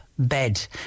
Bed